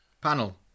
Panel